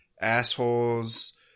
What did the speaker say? assholes